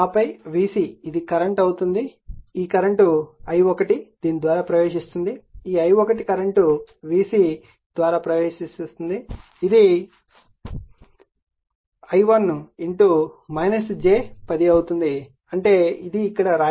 ఆపై Vc ఇది current అవుతుంది ఈ కరెంట్ i1 దీని ద్వారా ప్రవహిస్తోంది ఈ i1 కరెంట్ Vc ద్వారా ప్రవహిస్తోంది ఇది i1 j 10 అవుతుంది అంటే ఇదే ఇక్కడ వ్రాయబడింది